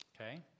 Okay